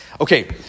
Okay